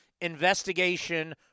investigation